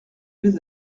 vais